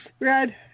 Red